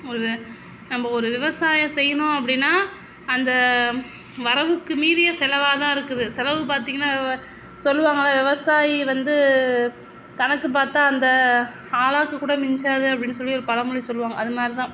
ஒரு நம்ம ஒரு விவசாயம் செய்யணும் அப்படின்னா அந்த வரவுக்கு மீறிய செலவாக தான் இருக்குது செலவு பார்த்தீங்கன்னா சொல்லுவாங்களே விவசாயி வந்து கணக்கு பார்த்தா அந்த ஆழாக்கு கூட மிஞ்சாது அப்டின்னு சொல்லி ஒரு பழமொழி சொல்வாங்க அது மாதிரி தான்